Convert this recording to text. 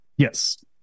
Yes